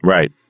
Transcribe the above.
Right